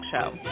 Show